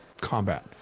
combat